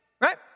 Right